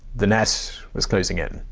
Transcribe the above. the net was closing in.